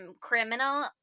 criminal